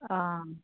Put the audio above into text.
आं